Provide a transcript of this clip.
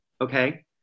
okay